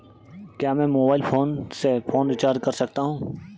क्या मैं mobile phone से फोन रिचार्ज कर सकता हूं?